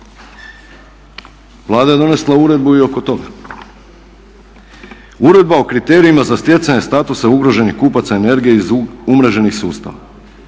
Vlada je donesla uredbu i oko toga. Uredba o kriterijima za stjecanje statusa ugroženih kupaca energije iz umreženih sustava